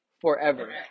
forever